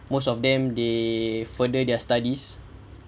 most of them they further their studies